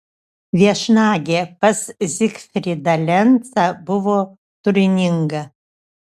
viešnagė pas zygfrydą lencą buvo turininga